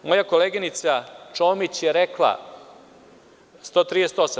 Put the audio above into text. Moja koleginica Čomić je rekla 138.